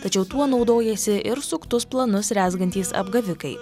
tačiau tuo naudojasi ir suktus planus rezgantys apgavikai